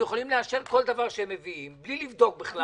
אנחנו יכולים לאשר כל דבר שהם מביאים בלי לבדוק בכלל